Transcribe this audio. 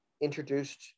introduced